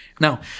Now